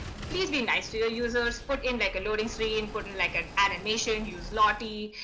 please be nice to your users. put in like a loading screen, put in like an animation, use lottie.